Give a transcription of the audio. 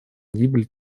гибель